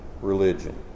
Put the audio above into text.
religion